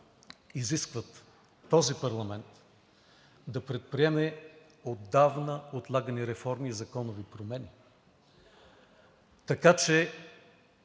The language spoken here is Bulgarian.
изискват този парламент да предприеме отдавна отлагани реформи и законови промени, така че